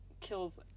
kills